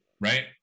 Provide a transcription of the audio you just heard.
right